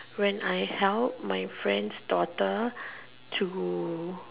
when I help my friend's daughter to